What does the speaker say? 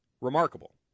remarkable